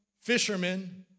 fishermen